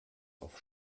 auf